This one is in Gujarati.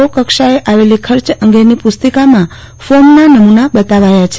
ઓ કક્ષાએ આવેલી ખર્ચ અંગેની પુસ્તિકામાં ફોર્મના નમુના બતાવ્ય છે